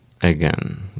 Again